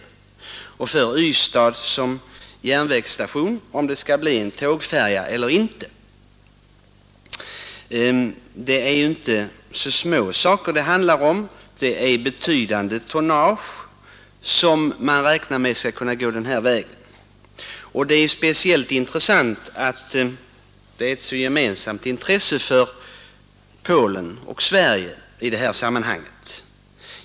För Ystad som järnvägsstation gäller frågan om det skall bli en tågfärja eller inte. Det är inte så små saker det handlar om. Det är betydande tonnage som man räknar med skall kunna gå den här vägen. Det är speciellt intressant att Polen och Sverige har ett gemensamt intresse i det här sammanhanget.